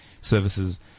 services